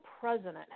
president